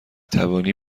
توانی